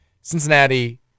Cincinnati